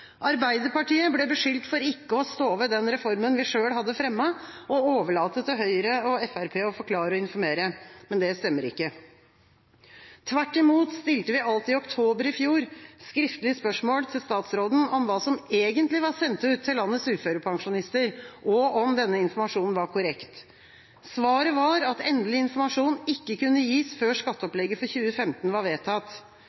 Arbeiderpartiet ble beskyldt for ikke å stå ved den reformen vi selv hadde fremmet, og overlate til Høyre og Fremskrittspartiet å forklare og informere. Det stemmer ikke. Tvert imot stilte vi alt i oktober i fjor skriftlige spørsmål til statsråden om hva som egentlig var sendt ut til landets uførepensjonister, og om denne informasjonen var korrekt. Svaret var at endelig informasjon ikke kunne gis før skatteopplegget for 2015 var vedtatt.